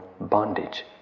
bondage